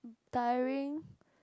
tiring